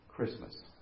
Christmas